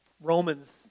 Romans